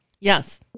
Yes